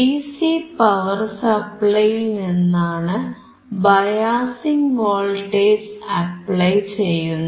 DC power സപ്ലൈയിൽനിന്നാണ് biasing voltage apply ചെയ്യുന്നത്